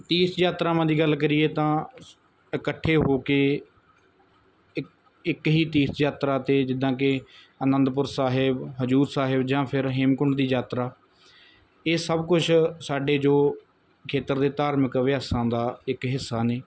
ਤੀਰਥ ਯਾਤਰਾਵਾਂ ਦੀ ਗੱਲ ਕਰੀਏ ਤਾਂ ਇਕੱਠੇ ਹੋ ਕੇ ਇੱਕ ਇੱਕ ਹੀ ਤੀਰਥ ਯਾਤਰਾ 'ਤੇ ਜਿੱਦਾਂ ਕਿ ਅਨੰਦਪੁਰ ਸਾਹਿਬ ਹਜੂਰ ਸਾਹਿਬ ਜਾਂ ਫਿਰ ਹੇਮਕੁੰਟ ਦੀ ਯਾਤਰਾ ਇਹ ਸਭ ਕੁਛ ਸਾਡੇ ਜੋ ਖੇਤਰ ਦੇ ਧਾਰਮਿਕ ਅਭਿਆਸਾਂ ਦਾ ਇੱਕ ਹਿੱਸਾ ਨੇ